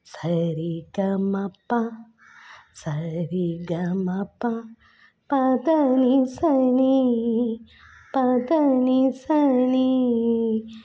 സ രി ഗ മ പ സ രി ഗ മ പ പ ധ നി സ നി പ ധ നി സ നി